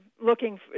looking